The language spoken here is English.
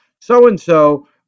so-and-so